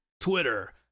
Twitter